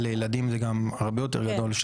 לילדים זה גם הרבה יותר גדול,